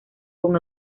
con